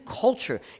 culture